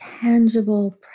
tangible